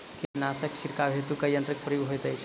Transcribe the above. कीटनासक छिड़काव हेतु केँ यंत्रक प्रयोग होइत अछि?